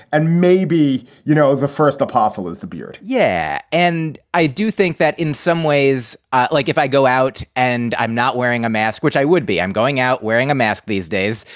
and maybe, you know, the first apostle is the beard yeah. and i do think that in some ways, like if i go out and i'm not wearing a mask, which i would be, i'm going out wearing a mask these days.